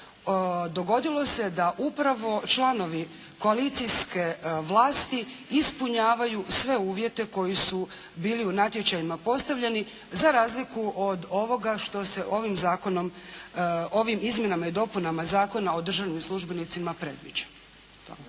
dogodilo se da upravo članovi koalicijske vlasti ispunjavaju sve uvjete koji su bili u natječajima postavljeni za razliku od ovoga što se ovim zakonom, ovim Izmjenama i dopunama zakona o državnim službenicima predviđa.